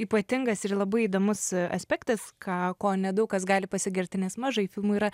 ypatingas ir labai įdomus aspektas ką kuo nedaug kas gali pasigirti nes mažai filmų yra